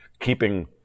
keeping